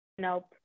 Nope